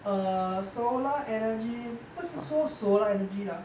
err solar energy 不是说 solar energy lah